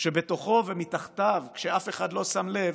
שבתוכו ומתחתיו, כשאף אחד לא שם לב,